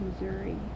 Missouri